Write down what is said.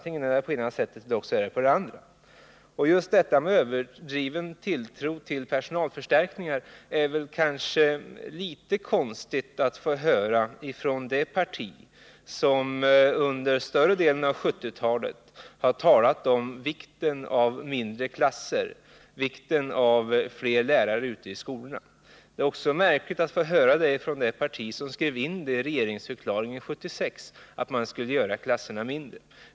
Antingen behövs mer personal eller också behövs det inte. Att vi skulle ha en överdriven tilltro till personalförstärkningar är ett uttalande som det är litet konstigt att få höra från det parti som under större delen av 1970-talet har talat om vikten av mindre klasser och fler lärare ute i skolorna. Uttalandet är också märkligt med tanke på att det kommer från en företrädare för det parti som i regeringsförklaringen 1976 skrev in att klasserna skulle göras mindre.